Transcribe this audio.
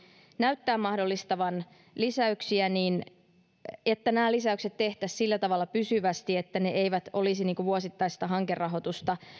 näyttää mahdollistavan lisäyksiä niin nämä lisäykset tehtäisiin sillä tavalla pysyvästi että ne eivät olisi vuosittaista hankerahoitusta